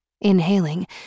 Inhaling